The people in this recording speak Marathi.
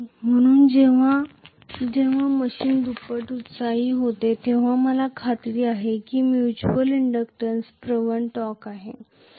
म्हणून जेव्हा जेव्हा मशीन दुप्पट एक्सायटेड होते तेव्हा मला खात्री आहे की म्युच्युअल इंडक्टन्सन्स प्रोन टॉर्क असेल